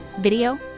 Video